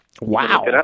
Wow